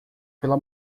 pela